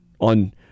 on